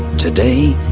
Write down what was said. today,